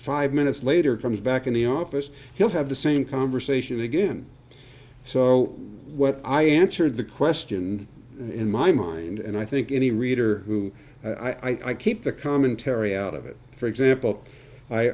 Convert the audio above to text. five minutes later comes back in the office he'll have the same conversation again so what i answered the question in my mind and i think any reader who i keep the commentary out of it for example i